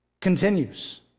continues